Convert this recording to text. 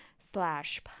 slash